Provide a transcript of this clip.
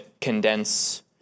condense